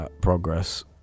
progress